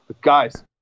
Guys